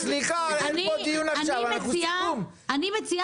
סליחה, אין פה דיון עכשיו, אנחנו חורגים בזמן.